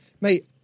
Mate